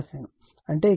అంటే ఇక్కడ VAN ∠ 00 ZY